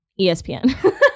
ESPN